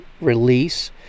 release